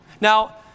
Now